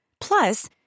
Plus